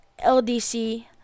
LDC